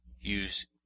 use